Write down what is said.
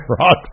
Rock